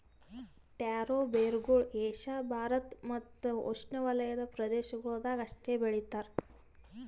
taro ಬೇರುಗೊಳ್ Asia Bharat ಮತ್ತ್ ಉಷ್ಣೆವಲಯದ ಪ್ರದೇಶಗೊಳ್ದಾಗ್ ಅಷ್ಟೆ ಬೆಳಿತಾರ್